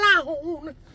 alone